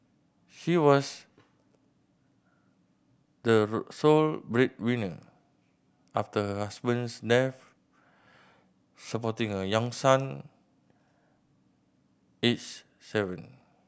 she was the sole breadwinner after husband's death supporting a young son aged seven